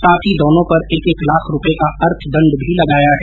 साथ ही दोनों पर एक एक लाख रुपए का अर्थ दंड भी लगाया है